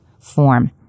form